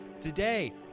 Today